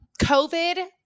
COVID